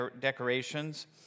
decorations